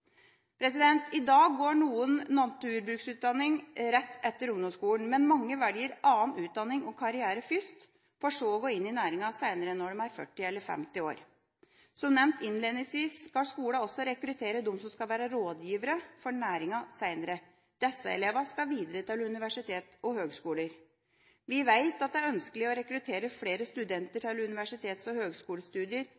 I dag tar enkelte naturbruksutdanning rett etter ungdomsskolen, men mange velger annen utdanning og karriere først, for så å gå inn i næringa seinere, når de er 40 eller 50 år. Som nevnt innledningsvis, skal skolene også rekruttere dem som skal være rådgivere for næringa seinere. Disse elevene skal videre til universitet og høgskoler. Vi vet at det er ønskelig å rekruttere flere studenter